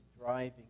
driving